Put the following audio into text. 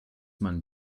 man